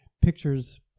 pictures